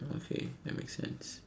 okay that makes sense